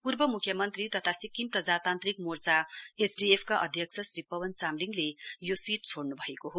पूर्व म्ख्यमन्त्री तथा सिक्किम प्रजातान्त्रिक मोर्चा एसडिएफ का अध्यक्ष श्री पवन चामलिङले यो सीट छोङ्न्भएको हो